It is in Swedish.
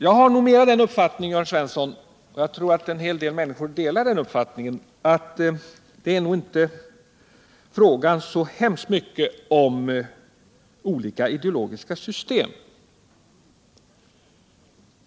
Jag har snarare den uppfattningen — och jag tror att en hel del människor delar den — att det inte så mycket är fråga om olika ideologiska system.